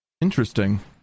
Interesting